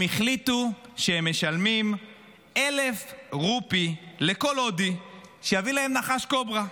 הם החליטו שהם משלמים 1,000 רופי לכל הודי שיביא להם נחש קוברה.